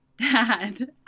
Dad